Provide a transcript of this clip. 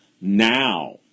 now